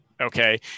Okay